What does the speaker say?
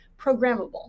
programmable